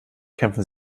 kämpfen